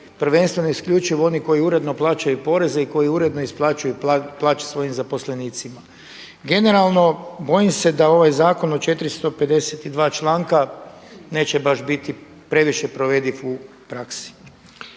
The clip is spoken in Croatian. prvenstveno i isključivo oni koji uredno plaćaju poreze i koji uredno isplaćuju plaće svojim zaposlenicima. Generalno bojim se da ovaj zakon od 452. članka neće baš biti previše provediv u praksi.